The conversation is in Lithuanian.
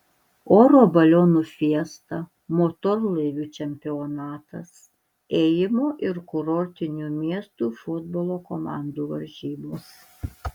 oro balionų fiesta motorlaivių čempionatas ėjimo ir kurortinių miestų futbolo komandų varžybos